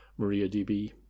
MariaDB